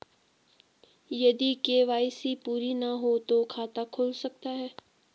यदि के.वाई.सी पूरी ना हो तो खाता खुल सकता है?